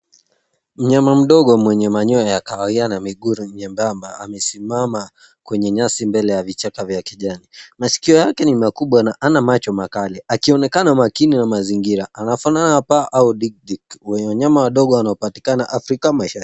Mnyama mdogo mwenye manyoya ya kahawia na miguu myembamba amesimama kwenye nyasi mbele ya vichaka vya kijani. Maskio yake ni makubwa na hana macho macho makali akionekana makini na mazingira. Anafanana paa au Dik-dik wenye wanyama wadogo wanapatikana afrika mashariki.